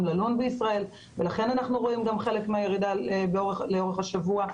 ללון בישראל ולכן אנחנו רואים גם חלק מהירידה לאורך השבוע,